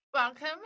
Welcome